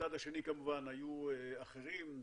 בצד השני היו אחרים,